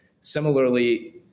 Similarly